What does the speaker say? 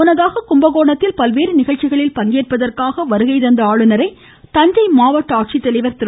முன்னதாக கும்பகோணத்தில் பல்வேறு நிகழ்ச்சிகளில் பங்கேற்பதற்காக வருகைதந்த ஆளுநரை தஞ்சை மாவட்ட ஆட்சித்தலைவர் திரு